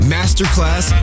Masterclass